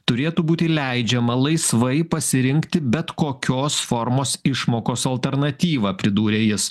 turėtų būti leidžiama laisvai pasirinkti bet kokios formos išmokos alternatyvą pridūrė jis